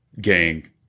gang